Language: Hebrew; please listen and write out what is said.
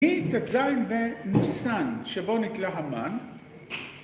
‫היא טז בניסן, שבו נתלה המן.